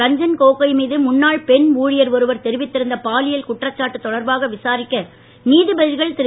ரஞ்சன் கோகோய் மீது முன்னாள் பெண் ஊழியர் ஒருவர் தெரிவித்து இருந்த பாலியல் குற்றச்சாட்டு தொடர்பாக விசாரிக்க நீதிபதிகள் திரு